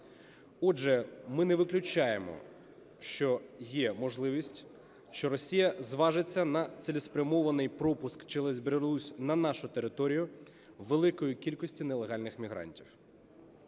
Отже, ми не виключаємо, що є можливість, що Росія зважиться на цілеспрямований пропуск через Білорусь на нашу територію великої кількості нелегальних мігрантів.